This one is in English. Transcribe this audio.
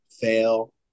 fail